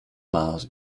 miles